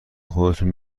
خودتون